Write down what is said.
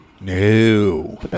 No